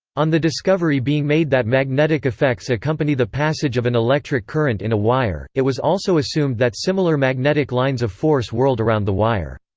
on the discovery being made that magnetic effects accompany the passage of an electric current in a wire, it was also assumed that similar magnetic lines of force whirled around the wire.